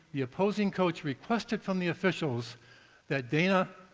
the opposing coach requested from the officials that dana